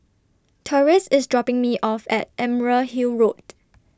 Torrance IS dropping Me off At Emerald Hill Road